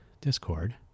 Discord